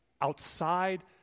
Outside